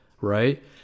right